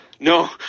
No